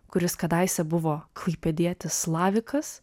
kuris kadaise buvo klaipėdietis slavikas